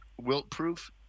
wilt-proof